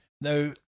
Now